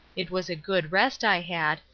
it was a good rest i had,